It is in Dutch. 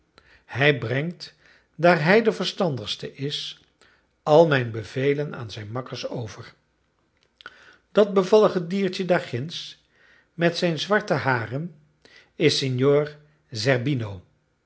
hij brengt daar hij de verstandigste is al mijn bevelen aan zijn makkers over dat bevallige diertje daar ginds met zijn zwarte haren is signor